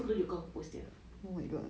nanti aku tunjuk kau post dia